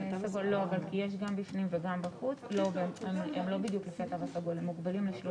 בואו נקבע עד 50 איש כמובן בהתאם לתו הסגול למסעדה.